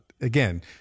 Again